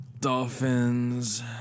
Dolphins